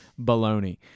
baloney